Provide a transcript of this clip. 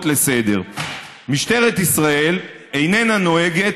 לסדר-היום: משטרת ישראל איננה נוהגת,